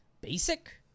basic